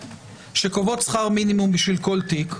שקובעות שכר מינימום בשביל כל תיק,